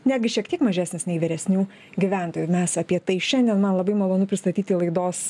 netgi šiek tiek mažesnis nei vyresnių gyventojų mes apie tai šiandien man labai malonu pristatyti laidos